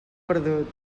perdut